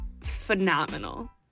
phenomenal